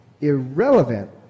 irrelevant